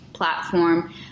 platform